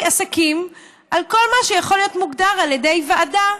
עסקים על כל מה שיכול להיות מוגדר על ידי ועדה,